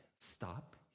Stop